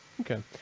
okay